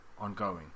ongoing